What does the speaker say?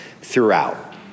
throughout